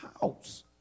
house